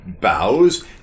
bows